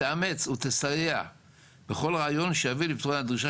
תאמץ ותסייע בכל רעיון שיביא לפתרון הדרישה